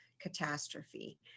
catastrophe